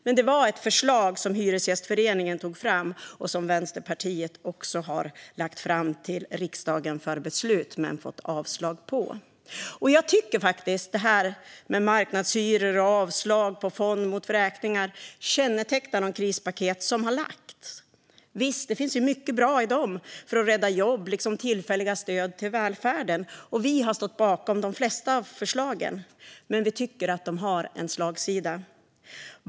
Men det var ett förslag som Hyresgästföreningen tog fram och som Vänsterpartiet också har lagt fram till riksdagen för beslut men fått avslag på. Jag tycker att detta med marknadshyror och avslag på en fond mot vräkningar kännetecknar de krispaket som har lagts fram. Visst, det finns mycket bra i dem för att rädda jobb, liksom tillfälliga stöd till välfärden. Vi har också stått bakom de flesta av förslagen. Men vi tycker att de har en slagsida.